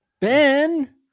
Ben